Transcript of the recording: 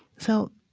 so,